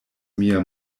mia